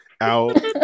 out